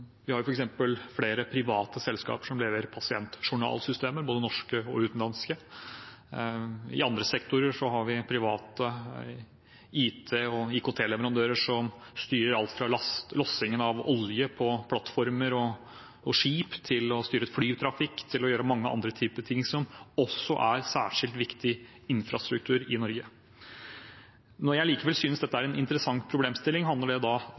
Vi har f.eks. flere private selskaper som leverer pasientjournalsystemer, både norske og utenlandske. I andre sektorer har vi private IT-/IKT-leverandører som styrer alt fra lossingen av olje på plattformer og skip til flytrafikk, og mange andre typer ting som også er særskilt viktig infrastruktur i Norge. Når jeg likevel synes dette er en interessant problemstilling – altså i Helse Sør-Øst, som eksempel – handler det